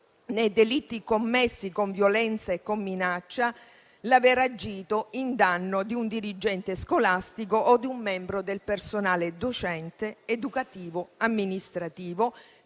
nei delitti commessi con violenza e con minaccia, l'aver agito in danno di un dirigente scolastico o di un membro del personale docente, educativo, amministrativo,